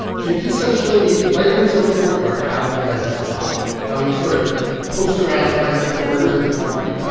jabi starts showing me, right in his own courtyard, how he does his job, how he sort of pokes around to find the corners of the concrete